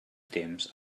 temps